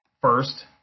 first